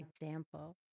example